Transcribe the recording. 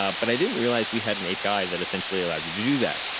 ah but i didn't realize we had an api that essentially allowed you to do that.